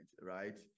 right